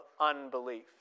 unbelief